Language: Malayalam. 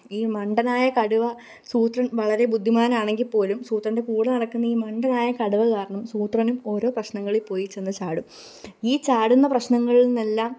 ഈ മണ്ടനായ കടുവ സൂത്രന് വളരെ ബുദ്ധിമാനാണെങ്കിൽ പോലും സൂത്രന്റെ കൂടെ നടക്കുന്ന ഈ മണ്ടനായ കടുവ കാരണം സൂത്രനും ഓരോ പ്രശ്നങ്ങളിൽ പോയി ചെന്നു ചാടും ഈ ചാടുന്ന പ്രശ്നങ്ങളില് നിന്ന് എല്ലാം